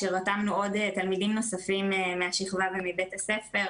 שרתמנו עוד תלמידים נוספים מהשכבה ומבית הספר,